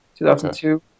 2002